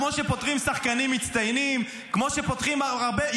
כמו שפוטרים שחקנים מצטיינים, כמו שפוטרים הרבה.